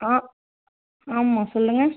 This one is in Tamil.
ஆ ஆமாம் சொல்லுங்கள்